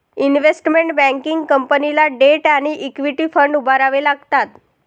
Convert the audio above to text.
investment banking कंपनीला debt आणि equity fund उभारावे लागतात